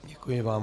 Děkuji vám.